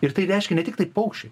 ir tai reiškia ne tiktai paukščiai